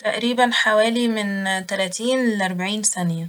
تقريبا حوالي من تلاتين لأربعين ثانية